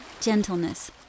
gentleness